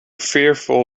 fearful